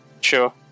sure